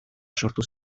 sortu